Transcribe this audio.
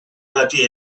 bati